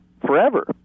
forever